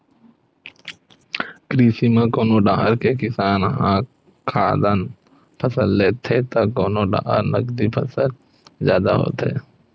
कृषि म कोनो डाहर के किसान ह खाद्यान फसल लेथे त कोनो डाहर नगदी फसल जादा होथे